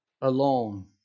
alone